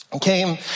came